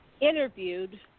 interviewed